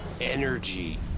energy